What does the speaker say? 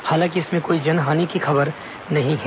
हालांकि इसमें कोई जनहानि की खबर नहीं है